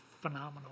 phenomenal